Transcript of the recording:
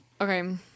Okay